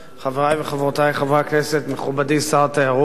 חברי וחברותי חברי הכנסת, מכובדי שר התיירות,